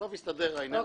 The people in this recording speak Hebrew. בסוף יסתדר העניין הכספי.